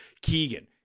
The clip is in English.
Keegan